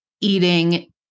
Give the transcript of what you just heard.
eating